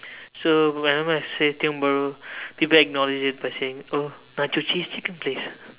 so whenever I see Tiong-Bahru people acknowledge it by saying oh nacho cheese chicken please